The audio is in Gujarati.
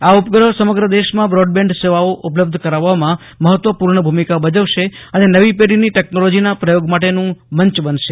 આ ઉપગ્રહ સમગ્ર દેશમાં બ્રોડબેંડ સેવાઓ ઉપલબ્ધ કરાવવામાં મહત્વપુર્ણ ભૂમિકા ભજવશે અને નવી પેઢીની ટેકનોલોજીના પ્રયોગ માટેનું મંચ બનશે